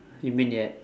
you mean yet